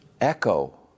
echo